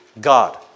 God